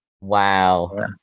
Wow